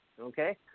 Okay